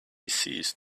ceased